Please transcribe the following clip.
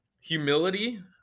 humility